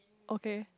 okay